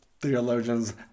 theologians